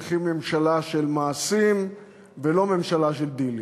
צריכים ממשלה של מעשים ולא ממשלה של דילים.